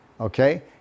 okay